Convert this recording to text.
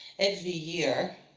every year,